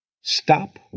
stop